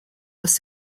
was